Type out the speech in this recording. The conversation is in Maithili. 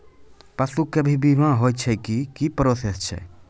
पसु के भी बीमा होय छै, की प्रोसेस छै?